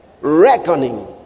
Reckoning